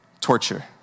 torture